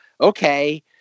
okay